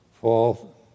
fall